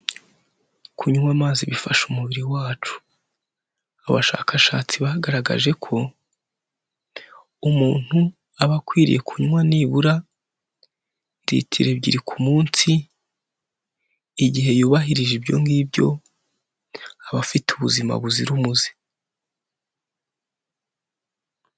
Kunywa amazi bifasha umubiri wacu, abashakashatsi bagaragaje ko umuntu aba akwiriye kunywa nibura ritiro ebyiri ku munsi, igihe yubahirije ibyo ng'ibyo, aba afite ubuzima buzira umuze.